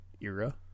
era